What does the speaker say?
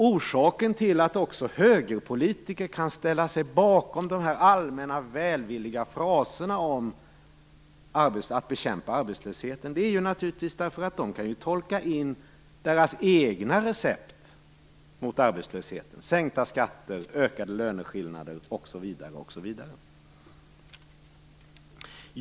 Orsaken till att också högerpolitiker kan ställa sig bakom de allmänna välvilliga fraserna om att bekämpa arbetslösheten är naturligtvis att de kan tolka in sina egna recept mot arbetslösheten - sänkta skatter, ökade löneskillnader osv.